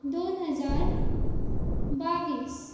दोन हजार बावीस